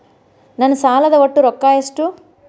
ನನ್ನ ಸಾಲದ ಒಟ್ಟ ರೊಕ್ಕ ಎಷ್ಟು?